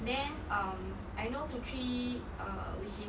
then um I know Puteri uh which is